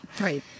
Right